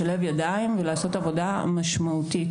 לשלב ידיים ולעשות עבודה משמעותית.